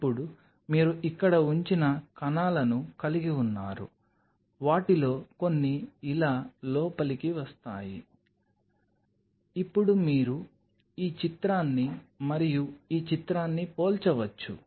ఇప్పుడు మీరు ఇక్కడ ఉంచిన కణాలను కలిగి ఉన్నారు వాటిలో కొన్ని ఇలా లోపలికి వస్తాయి ఇప్పుడు మీరు ఈ చిత్రాన్ని మరియు ఈ చిత్రాన్ని పోల్చవచ్చు